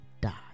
die